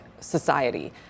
society